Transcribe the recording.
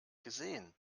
gesehen